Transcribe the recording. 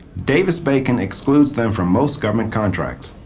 davis-bacon excludes them from most government contracts.